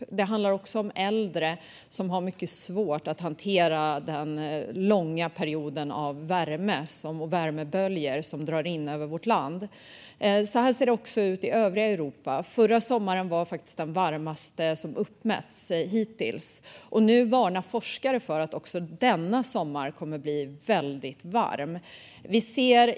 Och det handlar om äldre som har mycket svårt att hantera den långa perioden av värme och värmeböljor som drar in över vårt land. Så här ser det ut även i övriga Europa. Förra sommaren var faktiskt den varmaste som uppmätts hittills, och nu varnar forskare för att också denna sommar kommer att bli väldigt varm.